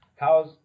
How's